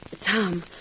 Tom